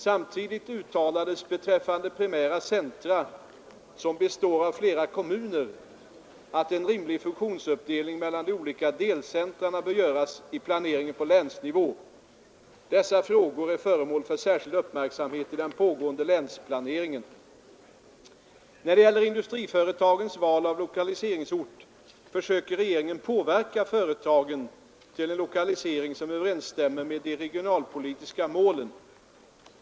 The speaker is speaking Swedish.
Samtidigt uttalades beträffande primära centra som består av flera kommuner att en rimlig funktionsuppdelning mellan de olika delcentra bör göras i planeringen på länsnivå. Dessa frågor är föremål för särskild uppmärksamhet i den pågående länsplaneringen. När det gäller industriföretagens val av lokaliseringsort försöker regeringen påverka företagen till en lokalisering som överensstämmer med de regionalpolitiska målen.